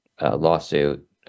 lawsuit